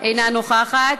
אינה נוכחת.